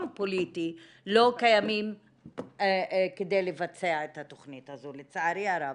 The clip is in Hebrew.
פוליטי לא קיימים כדי לבצע את התכנית הזו לצערי הרב.